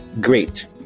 great